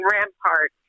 Rampart